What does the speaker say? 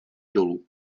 dolů